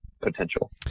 potential